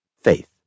Faith